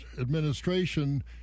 administration